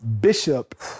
Bishop